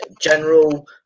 general